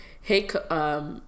hey